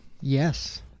Yes